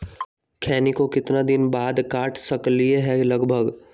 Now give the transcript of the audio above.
खैनी को कितना दिन बाद काट सकलिये है लगभग?